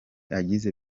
agize